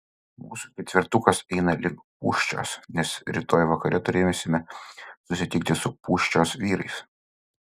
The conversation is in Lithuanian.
mūsų ketvertukas eina link pūščios nes rytoj vakare turėsime susitikti su pūščios vyrais